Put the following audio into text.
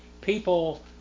People